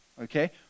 okay